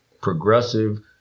progressive